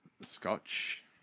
Scotch